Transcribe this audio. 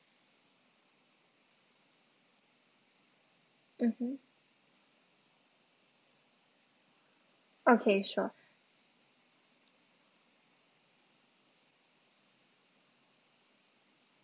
mmhmm okay sure